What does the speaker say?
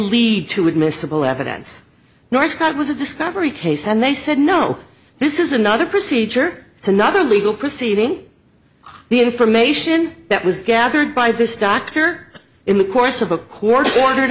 lead to admissible evidence nor scott was a discovery case and they said no this is another procedure another legal proceeding the information that was gathered by this doctor in the course of a court order